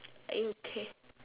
are you okay